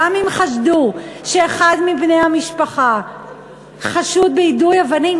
גם אם חשדו שאחד מבני המשפחה חשוד ביידוי אבנים,